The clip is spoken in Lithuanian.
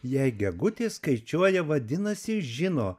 jei gegutė skaičiuoja vadinasi žino